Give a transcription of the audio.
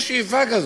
יש שאיפה כזו,